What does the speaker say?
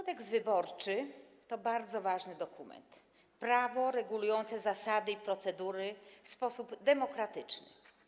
Kodeks wyborczy to bardzo ważny dokument - prawo regulujące zasady i procedury w sposób demokratyczny.